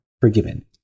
forgiven